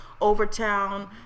overtown